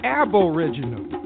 aboriginal